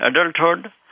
adulthood